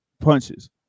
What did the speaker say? punches